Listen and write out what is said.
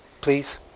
please